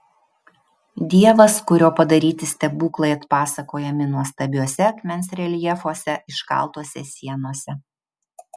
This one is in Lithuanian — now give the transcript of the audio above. dievas kurio padaryti stebuklai atpasakojami nuostabiuose akmens reljefuose iškaltuose sienose